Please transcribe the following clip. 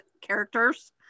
characters